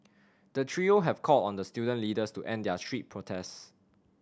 the trio have called on the student leaders to end their street protests